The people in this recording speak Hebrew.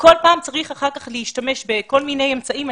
כל פעם צריך אחר כך להשתמש בכל מיני אמצעים.